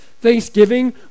Thanksgiving